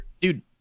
Dude